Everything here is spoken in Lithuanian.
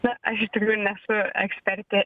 na aš iš tikrųjų nesu ekspertė